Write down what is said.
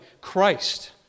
Christ